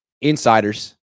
insiders